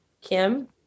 Kim